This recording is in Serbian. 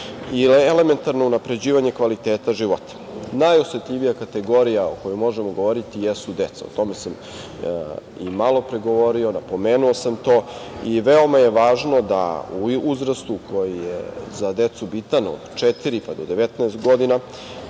i elementarno unapređivanje kvaliteta života. Najosetljivija kategorija o kojoj možemo govoriti jesu deca. O tome sam i malopre govorio, napomenuo sam to. Veoma je važno da u uzrastu koji je za decu bitan, od četiri pa do 19 godina,